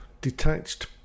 detached